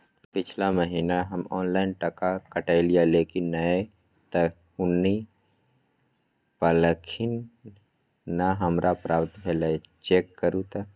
पिछला महीना हम ऑनलाइन टका कटैलिये लेकिन नय त हुनी पैलखिन न हमरा प्राप्त भेल, चेक करू त?